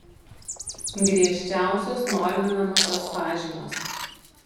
griežčiausios norminamosios pažymos